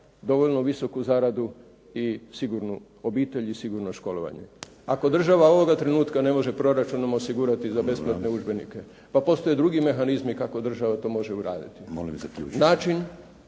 dovoljno visoku zaradu i sigurnu obitelj i sigurno školovanje. Ako država ovoga trenutka ne može proračunom osigurati za besplatne udžbenike, pa postoje drugi mehanizmi kako država to može uraditi.